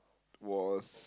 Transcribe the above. was